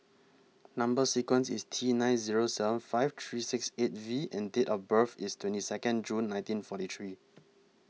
Number sequence IS T nine Zero seven five three six eight V and Date of birth IS twenty Second June nineteen forty three